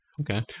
Okay